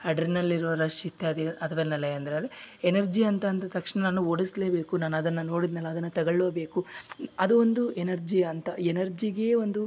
ಅಡ್ರಿನಲ್ಲಿರೋ rush ಇತ್ಯಾದಿ ಅದನ್ನೆಲ್ಲಾ ಎಂದರಲ್ಲಿ ಎನರ್ಜಿ ಅಂದ ತಕ್ಷಣ ನಾನು ಓಡಿಸಲೇಬೇಕು ನಾನು ಅದನ್ನ ನೋಡಿದ್ನಲ್ಲ ಅದನ್ನ ತಗೊಳ್ಳೇಬೇಕು ಅದು ಒಂದು ಎನರ್ಜಿ ಅಂತ ಎನರ್ಜಿಗೆ ಒಂದು